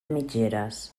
mitgeres